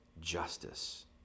justice